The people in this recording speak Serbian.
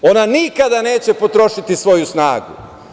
Ona nikada neće potrošiti svoju snagu.